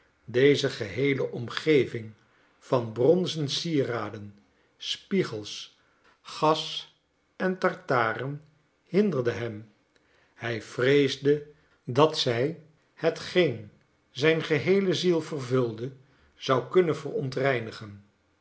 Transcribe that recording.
deze geheele omgeving van bronzen sieraden spiegels gas en tartaren hinderde hem hij vreesde dat zij hetgeen zijn geheele ziel vervulde zou kunnen verontreinigen